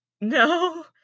no